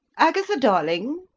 agatha, darling!